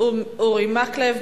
אורי מקלב,